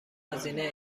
هزینه